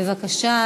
בבקשה.